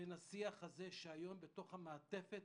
בין השיח הזה שבתוך המעטפת